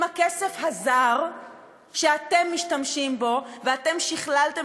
עם הכסף הזר שאתם משתמשים בו ואתם שכללתם